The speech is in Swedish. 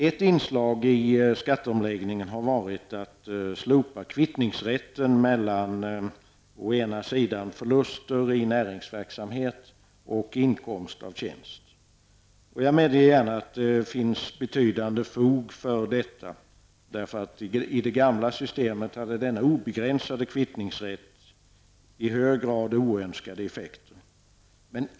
Ett inslag i skatteomläggningen har varit att slopa kvittningsrätten mellan förluster i näringsverksamhet och inkomst av tjänst. Jag medger gärna att det finns betydande fog för detta. I det gamla systemet hade nämligen denna obegränsade kvittningsrätt i hög grad oönskade effekter.